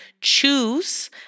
choose